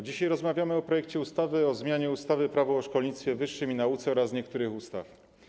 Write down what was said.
Dzisiaj rozmawiamy o projekcie ustawy o zmianie ustawy - Prawo o szkolnictwie wyższym i nauce oraz niektórych innych ustaw.